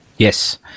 Yes